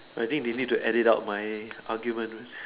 I think they need to edit out my argument uh